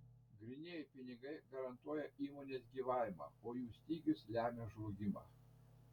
grynieji pinigai garantuoja įmonės gyvavimą o jų stygius lemia žlugimą